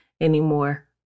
anymore